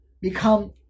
become